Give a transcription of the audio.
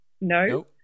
No